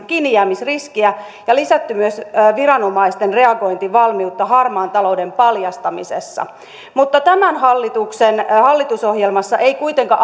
kiinnijäämisriskiä ja myös lisätty viranomaisten reagointivalmiutta harmaan talouden paljastamisessa mutta tämän hallituksen hallitusohjelmassa ei kuitenkaan